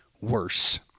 worse